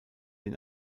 den